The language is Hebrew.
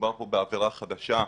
מדובר פה בעבירה חדשה,